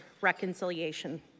reconciliation